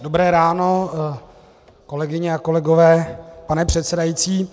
Dobré ráno, kolegyně a kolegové, pane předsedající.